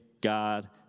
God